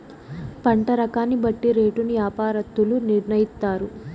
పంట రకాన్ని బట్టి రేటును యాపారత్తులు నిర్ణయిత్తారు